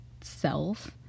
self